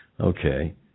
Okay